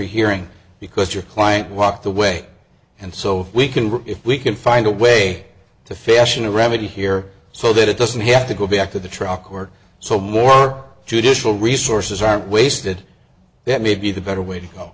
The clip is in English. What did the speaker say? hearing because your client walked away and so if we can work if we can find a way to fashion a remedy here so that it doesn't have to go back to the trial court so more judicial resources are wasted that may be the better way to go